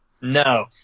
No